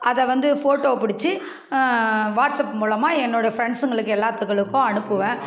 அதை வந்து ஃபோட்டோ பிடிச்சி வாட்ஸ் ஆப் மூலமாக என்னோடய ஃப்ரெண்ட்ஸுங்களுக்கு எல்லாத்துக்களுக்கும் அனுப்புவேன்